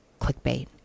clickbait